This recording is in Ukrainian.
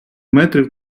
метрів